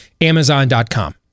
amazon.com